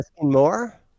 more